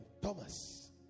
Thomas